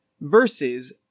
versus